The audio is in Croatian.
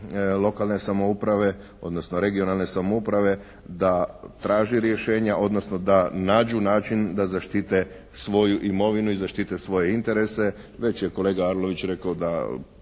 lokalne samouprave odnosno regionalne samouprave da traži rješenja odnosno da nađu način da zaštite svoju imovinu i zaštite svoje interese. Već je kolega Arlović rekao da